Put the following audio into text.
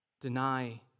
Deny